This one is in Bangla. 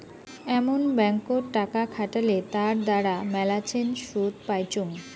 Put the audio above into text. এমন ব্যাঙ্কত টাকা খাটালে তার দ্বারা মেলাছেন শুধ পাইচুঙ